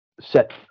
set